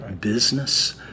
business